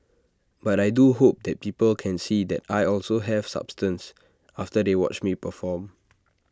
but I do hope that people can see that I also have substance after they watch me perform